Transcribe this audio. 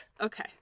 Okay